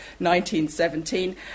1917